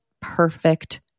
perfect